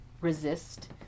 resist